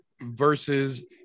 versus